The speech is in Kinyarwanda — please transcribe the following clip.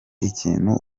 ikintu